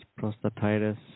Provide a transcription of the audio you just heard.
prostatitis